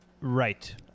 Right